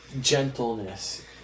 gentleness